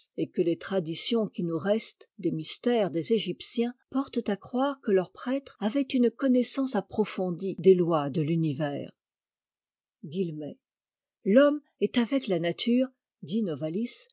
et que les traditions qui nous restent des mystères des égyptiens portent à croire que leurs prêtres avaient une connaissance approfondie des lois de l'univers l'homme est avec la nature dit